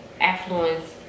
affluence